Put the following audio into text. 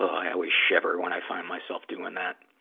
ah i always shiver when i find myself doing that.